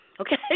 Okay